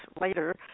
later